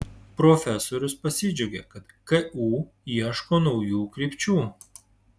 profesorius pasidžiaugė kad ku ieško naujų krypčių